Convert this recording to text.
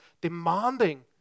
demanding